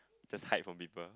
just hide from people